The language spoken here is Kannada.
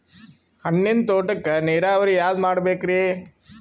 ಹಣ್ಣಿನ್ ತೋಟಕ್ಕ ನೀರಾವರಿ ಯಾದ ಮಾಡಬೇಕ್ರಿ?